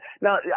Now